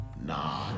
nah